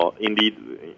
Indeed